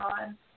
on